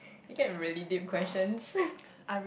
you get really deep questions